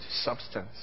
substance